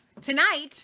tonight